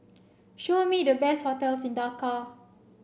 show me the best hotels in Dhaka